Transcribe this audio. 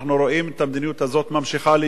אנחנו רואים שהמדיניות הזאת ממשיכה.